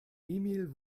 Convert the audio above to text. emil